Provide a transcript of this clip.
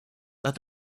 that